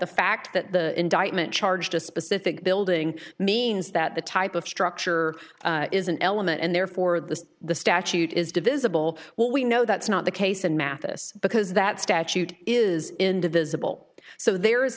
the fact that the indictment charged a specific building means that the type of structure is an element and therefore the the statute is divisible well we know that's not the case and mathis because that statute is indivisible so there is